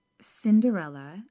Cinderella